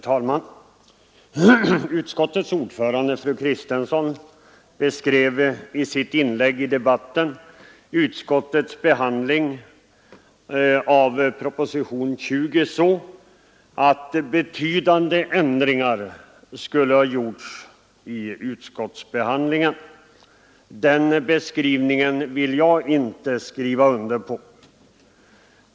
Herr talman! Utskottets ordförande fru Kristensson beskrev i sitt inlägg i debatten utskottets behandling av propositionen 20 så, att betydande ändringar skulle ha gjorts under utskottsbehandlingen. Den beskrivningen vill jag inte skriva under på.